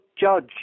judge